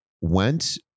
went